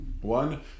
One